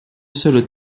seule